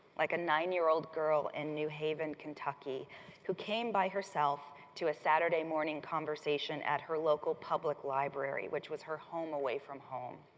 like a nine-year-old girl in new haven kentucky who came by herself to a saturday morning conversation at her local public library, which was her home away from home.